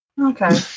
Okay